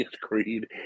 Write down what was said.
Creed